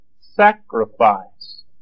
sacrifice